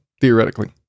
theoretically